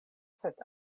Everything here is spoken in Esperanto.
sed